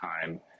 time